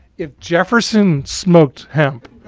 if jefferson smoked hemp,